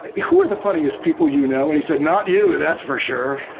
who are the funniest people you know? and he said not you, that's for sure.